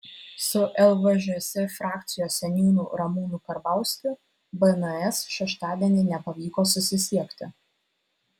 su lvžs frakcijos seniūnu ramūnu karbauskiu bns šeštadienį nepavyko susisiekti